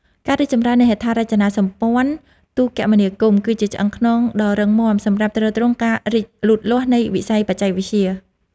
ការរីកចម្រើននៃហេដ្ឋារចនាសម្ព័ន្ធទូរគមនាគមន៍គឺជាឆ្អឹងខ្នងដ៏រឹងមាំសម្រាប់ទ្រទ្រង់ដល់ការរីកលូតលាស់នៃវិស័យបច្ចេកវិទ្យា។